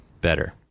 Better